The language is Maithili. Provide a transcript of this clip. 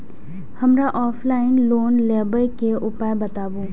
हमरा ऑफलाइन लोन लेबे के उपाय बतबु?